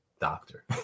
doctor